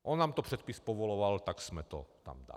On nám to předpis povoloval, tak jsme to tam dali.